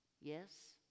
yes